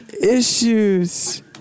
issues